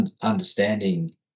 understanding